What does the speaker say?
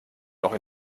noch